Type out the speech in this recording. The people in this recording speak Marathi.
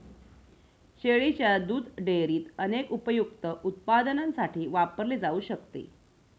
शेळीच्या दुध डेअरीत अनेक उपयुक्त उत्पादनांसाठी वापरले जाऊ शकते